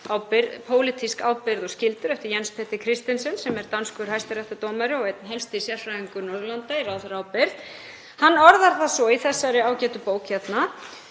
pólitíska ábyrgð og skyldur, eftir Jens Peter Christensen, sem er danskur hæstaréttardómari og einn helsti sérfræðingur Norðurlanda í ráðherraábyrgð. Hann orðar það svo í þessari ágætu bók að